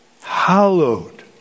hallowed